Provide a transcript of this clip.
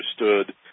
understood